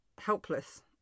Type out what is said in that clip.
helpless